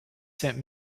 sent